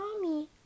Mommy